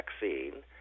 vaccine